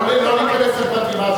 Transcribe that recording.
לא להיכנס לפרטים.